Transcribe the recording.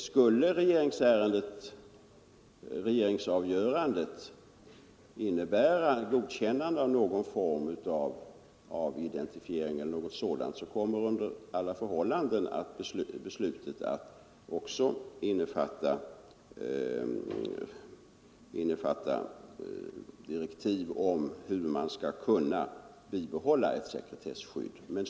Skulle regeringsavgörandet innebära godkännande av någon form av identifiering kommer under alla förhållanden beslutet också att innefatta direktiv i fråga om sekretesskyddet.